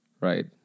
right